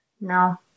no